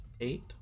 Eight